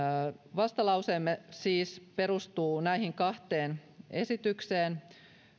vastalauseemme siis perustuu näihin kahteen esitykseen